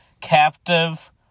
captive